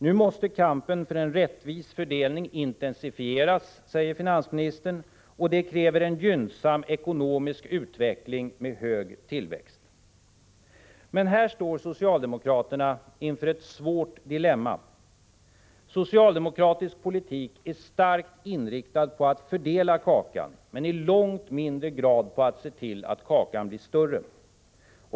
”Nu måste kampen för en rättvis fördelning intensifiera äger finansministern, och det kräver ”en gynnsam ekonomisk utveckling med hög tillväxt ——— Men här står socialdemokraterna inför ett svårt dilemma. Socialdemokratisk politik är starkt inriktad på att fördela kakan, men i långt mindre grad på att se till att kakan blir större.